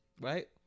right